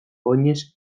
oinez